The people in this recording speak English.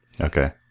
Okay